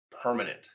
permanent